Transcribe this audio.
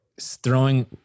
throwing